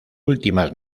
últimas